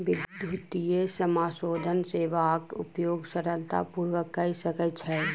विद्युतीय समाशोधन सेवाक उपयोग सरलता पूर्वक कय सकै छै